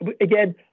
Again